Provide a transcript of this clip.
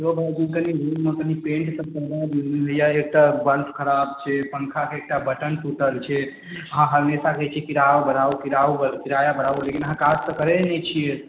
यौ रूममे कनि पेन्ट सभ करबा दिऔ ने भइया एकटा बल्ब खराब छै पङ्खाके एकटा बटन टुटल छै अहाँ हमेशा कहैत छियै किराआ बढ़ाउ किराओ बढ़ु किराआ बढ़ाबु लेकिन अहाँ काज तऽ करैत नहि छियै